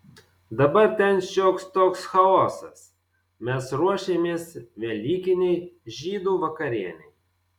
dabar ten šioks toks chaosas mes ruošėmės velykinei žydų vakarienei